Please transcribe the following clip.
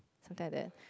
something like that